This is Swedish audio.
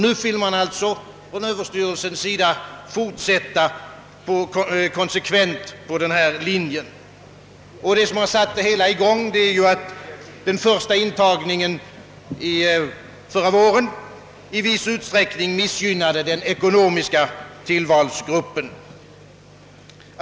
Nu vill alltså överstyrelsen konsekvent fortsätta på denna linje. Det som satt det hela i gång är att den första intagningen förra våren i viss utsträckning missgynnade den ekonomiska tillvalsgruppen.